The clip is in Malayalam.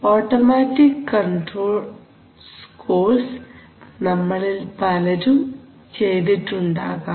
ഓട്ടോമാറ്റിക് കൺട്രോൾസ് കോഴ്സ് നമ്മളിൽ പലരും ചെയ്തിട്ടുണ്ടാകാം